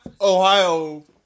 Ohio